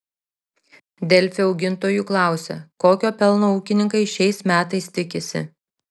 delfi augintojų klausia kokio pelno ūkininkai šiais metais tikisi